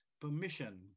permission